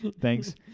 Thanks